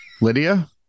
Lydia